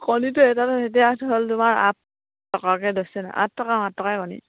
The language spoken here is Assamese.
কণীটো এটা এতিয়া হ'ল তোমাৰ আঠ টকাকে লৈছে ন আঠ টকা আঠ টকায়ে কণী